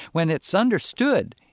when it's understood,